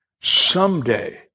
Someday